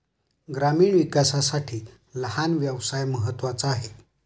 ग्रामीण विकासासाठी लहान व्यवसाय महत्त्वाचा आहे